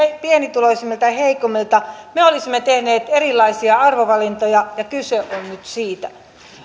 pienituloisimmilta ja heikoimmilta me olisimme tehneet erilaisia arvovalintoja ja kyse on nyt siitä